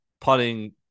putting